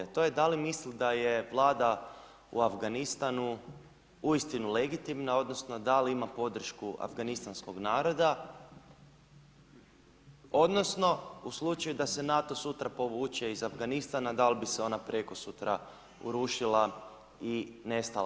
A to je, da li misli da je Vlada u Afganistanu uistinu legitimna odnosno da li ima podršku Afganistanskog naroda odnosno u slučaju da se NATO sutra povuče iz Afganistana da li bi se ona prekosutra urušila i nestala.